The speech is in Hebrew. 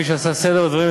מי שעשה סדר בדברים,